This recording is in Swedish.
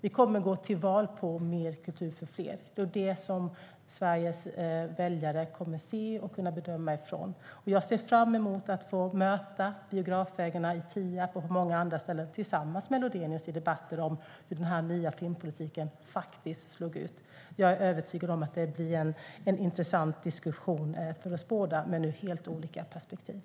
Vi kommer att gå till val på mer kultur för fler. Det är det som Sveriges väljare kommer att kunna se och bedöma utifrån. Jag ser fram emot att få möta biografägarna i Tierp och på många andra ställen tillsammans med Lodenius i debatter om hur den nya filmpolitiken föll ut. Jag är övertygad om att det blir en intressant diskussion för oss båda men ur helt olika perspektiv.